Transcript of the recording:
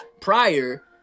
prior